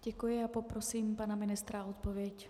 Děkuji a poprosím pana ministra o odpověď.